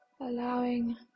allowing